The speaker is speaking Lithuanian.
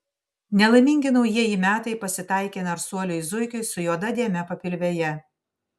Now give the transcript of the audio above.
nelaimingi naujieji metai pasitaikė narsuoliui zuikiui su juoda dėme papilvėje